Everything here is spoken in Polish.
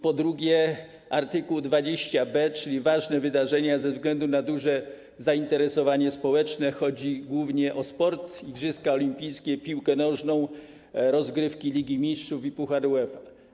Po drugie, art. 20b, czyli ważne wydarzenia ze względu na duże zainteresowanie społeczne, chodzi głównie o sport, igrzyska olimpijskie, piłkę nożną, rozgrywki Ligi Mistrzów i puchar UEFA.